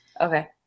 Okay